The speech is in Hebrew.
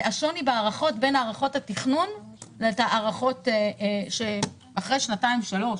השוני בהערכות בין הערכות התכנון להערכות אחרי שנתיים-שלוש.